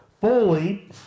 fully